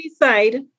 decide